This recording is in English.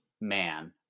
man